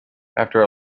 after